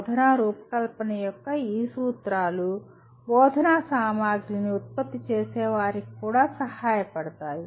బోధనా రూపకల్పన యొక్క ఈ సూత్రాలు బోధనా సామగ్రిని ఉత్పత్తి చేసేవారికి కూడా సహాయపడతాయి